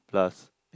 plus